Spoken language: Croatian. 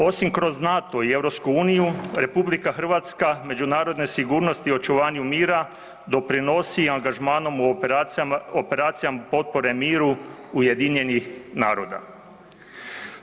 Osim kroz NATO i EU, RH međunarodne sigurnosti i očuvanju mira, doprinosi i angažmanu u operacijama potpore miru UN-a.